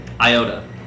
Iota